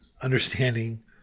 understanding